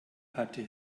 hatte